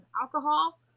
alcohol